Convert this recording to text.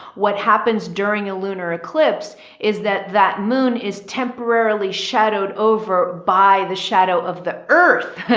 what happens during a lunar eclipse is that that moon is temporarily shadowed over by the shadow of the earth.